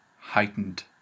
heightened